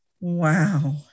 Wow